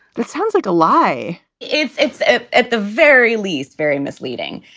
that sounds like a lie. it's it's ah at the very least, very misleading.